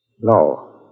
No